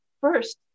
First